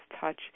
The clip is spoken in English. touch